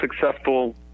successful